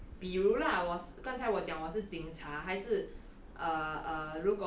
err 比如 lah 刚才我讲我是警察还是